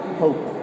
hope